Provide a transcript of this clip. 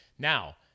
Now